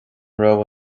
raibh